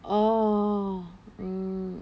oh